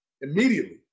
Immediately